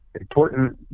Important